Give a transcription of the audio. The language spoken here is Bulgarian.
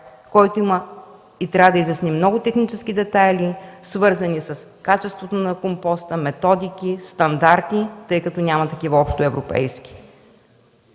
който трябва да изясни много технически детайли, свързани с качеството на компоста, методики, стандарти, тъй като няма такива общоевропейски.